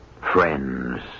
friends